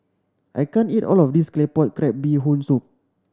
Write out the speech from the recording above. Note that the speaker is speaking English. I can't eat all of this Claypot Crab Bee Hoon Soup